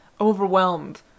overwhelmed